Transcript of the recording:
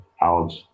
out